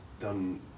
done